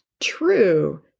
true